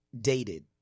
dated